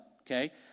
Okay